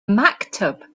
maktub